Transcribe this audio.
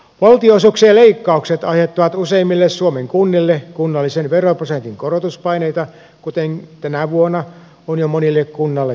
valtionosuuksien leikkaukset aiheuttavat useimmille suomen kunnille kunnallisen veroprosentin korotuspaineita kuten tänä vuonna on jo monelle kunnalle käynyt